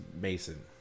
Mason